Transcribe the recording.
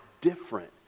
different